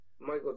Michael